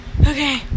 Okay